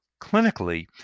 clinically